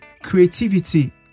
creativity